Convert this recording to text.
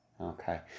Okay